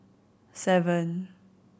seven